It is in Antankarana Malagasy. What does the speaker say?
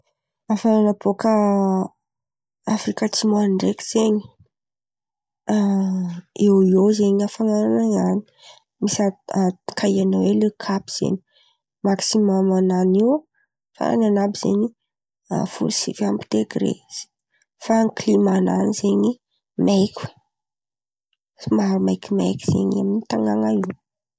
Hafanana bôka Afrika Atsimo an̈y ndraiky zen̈y, a eo eo zen̈y hafanananan̈y. Misy a ad- kaiana hoe le Kap zen̈y maksimômanan̈y io farany an̈abo zen̈y, folo sivy amby degre fa ny klimànan̈y zen̈y maiky. Somary maikimaiky zen̈y amin’io tanàna io.